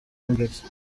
mbere